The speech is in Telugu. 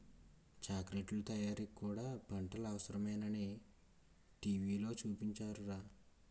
చాకిలెట్లు తయారీకి కూడా పంటలు అవసరమేనని టీ.వి లో చూపించారురా